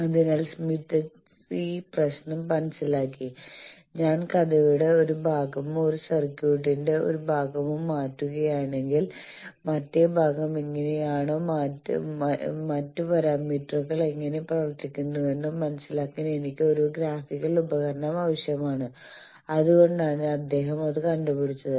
അതിനാൽ സ്മിത്ത് ഈ പ്രശ്നം മനസ്സിലാക്കി ഞാൻ കഥയുടെ ഒരു ഭാഗമോ ഒരു സർക്യൂട്ടിന്റെ ഒരു ഭാഗമോ മാറ്റുകയാണെങ്കിൽ മറ്റേ ഭാഗം എങ്ങനെയാണെന്നോ മറ്റ് പാരാമീറ്ററുകൾ എങ്ങനെ പ്രവർത്തിക്കുന്നുവെന്നോ മനസിലാക്കാൻ എനിക്ക് ഒരു ഗ്രാഫിക്കൽ ഉപകരണം ആവശ്യമാണ് അതുകൊണ്ടാണ് അദ്ദേഹം അത് കണ്ടുപിടിച്ചത്